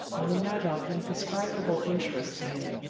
on a matter of indescribable interest to him.